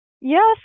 yes